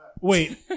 Wait